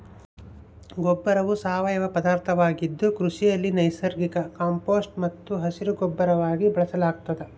ಗೊಬ್ಬರವು ಸಾವಯವ ಪದಾರ್ಥವಾಗಿದ್ದು ಕೃಷಿಯಲ್ಲಿ ನೈಸರ್ಗಿಕ ಕಾಂಪೋಸ್ಟ್ ಮತ್ತು ಹಸಿರುಗೊಬ್ಬರವಾಗಿ ಬಳಸಲಾಗ್ತದ